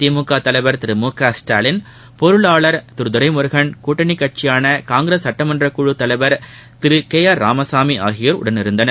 திமுக தலைவர் திரு மு க ஸ்டாலின் பொருளாளர் திரு துரைமுருகன் கூட்டணி கட்சியான காங்கிரஸ் சட்டமன்ற குழு தலைவர் திரு கே ஆர் ராமசாமி ஆகியோர் உடன் இருந்தனர்